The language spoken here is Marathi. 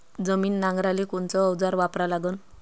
जमीन नांगराले कोनचं अवजार वापरा लागन?